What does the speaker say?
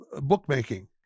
bookmaking